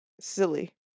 Silly